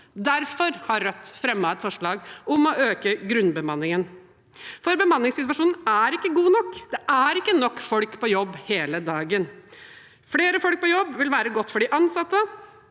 Derfor har Rødt fremmet et forslag om å øke grunnbemanningen. Bemanningssituasjonen er ikke god nok. Det er ikke nok folk på jobb hele dagen. Flere folk på jobb vil være godt for de ansatte,